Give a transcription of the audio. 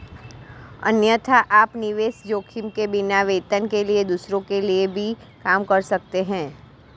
अन्यथा, आप निवेश जोखिम के बिना, वेतन के लिए दूसरों के लिए भी काम कर सकते हैं